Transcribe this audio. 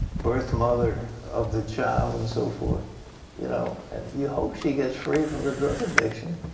birth mother of the child and so forth you know. and you hope she gets free from the drug addiction.